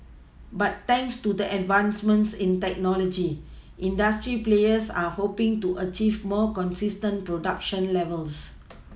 but thanks to the advancements in technology industry players are hoPing to achieve more consistent production levels